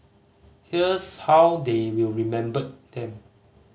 here's how they will remember them